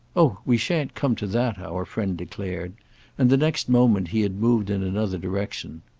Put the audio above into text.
oh we shan't come to that, our friend declared and the next moment he had moved in another direction.